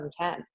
2010